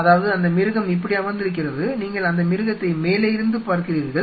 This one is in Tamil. அதாவது அந்த மிருகம் இப்படி அமர்ந்திருக்கிறது நீங்கள் அந்த மிருகத்தை மேலே இருந்து பார்க்கிறீர்கள்